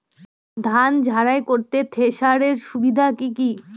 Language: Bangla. ধান ঝারাই করতে থেসারের সুবিধা কি কি?